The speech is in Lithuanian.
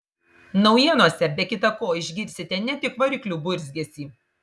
naujienose be kita ko išgirsite ne tik variklių burzgesį